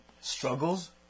Struggles